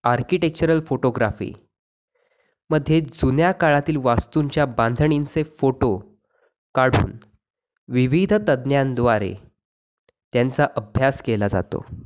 architectural फोटोग्राफीमध्ये जुन्या काळातील वास्तूंच्या बांधणींचे फोटो काढून विविध तज्ज्ञांद्वारे त्यांचा अभ्यास केला जातो